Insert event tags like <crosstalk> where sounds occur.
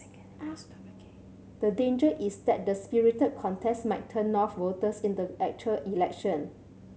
<noise> the danger is that the spirited contest might turn off voters in the actual election